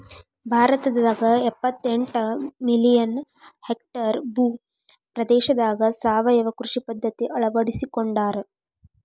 ಭಾರತದಾಗ ಎಪ್ಪತೆಂಟ million hectare ಭೂ ಪ್ರದೇಶದಾಗ ಸಾವಯವ ಕೃಷಿ ಪದ್ಧತಿ ಅಳ್ವಡಿಸಿಕೊಂಡಾರ